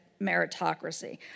meritocracy